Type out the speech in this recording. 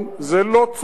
זה לא צודק,